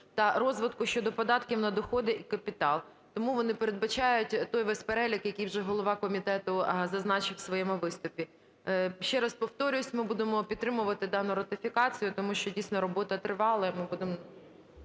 та розвитку щодо податків на доходи і капітал. Тому вони передбачають той весь перелік, який вже голова комітету зазначив в своєму виступі. Ще раз повторююсь, ми будемо підтримувати дану ратифікацію. Тому що, дійсно, робота тривала.